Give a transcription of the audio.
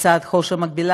הצעת חוק שמגבילה,